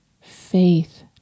faith